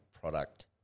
product